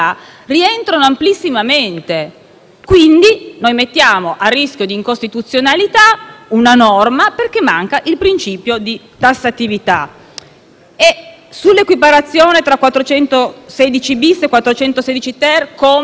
Quindi, noi mettiamo a rischio di incostituzionalità una norma perché manca il principio di tassatività. Sull'equiparazione tra 416-*bis* e 416-*ter* a livello di pene, anche qua